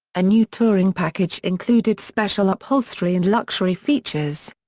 a new touring package included special upholstery and luxury features.